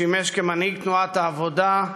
שימש כמנהיג תנועת העבודה,